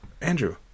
Andrew